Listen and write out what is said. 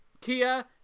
Kia